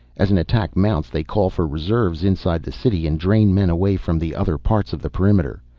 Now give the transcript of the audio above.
as an attack mounts they call for reserves inside the city and drain men away from the other parts of the perimeter.